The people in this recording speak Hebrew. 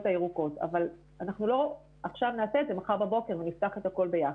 הירוקות אבל אנחנו לא נעשה את זה מחר בבוקר ונפתח את הכול ביחד.